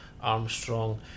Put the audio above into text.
armstrong